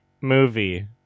movie